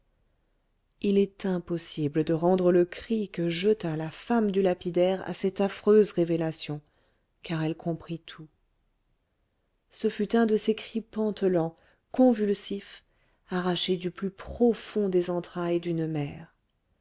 il est impossible de rendre le cri que jeta la femme du lapidaire à cette affreuse révélation car elle comprit tout ce fut un de ces cris pantelants convulsifs arrachés du plus profond des entrailles d'une mère